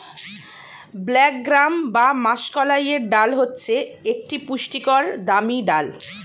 black gram বা মাষকলাইয়ের ডাল হচ্ছে একটি পুষ্টিকর দামি ডাল